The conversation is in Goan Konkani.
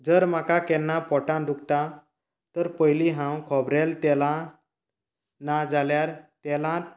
जर म्हाका म्हाका केन्ना पोटांत दुखता तर पयली हांव खोबरेल तेलान नाजाल्यार तेलांत